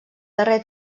darrer